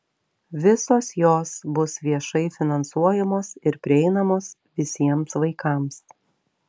visos jos bus viešai finansuojamos ir prieinamos visiems vaikams